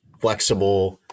flexible